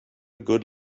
good